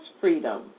freedom